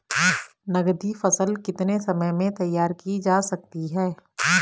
नगदी फसल कितने समय में तैयार की जा सकती है?